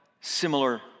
similar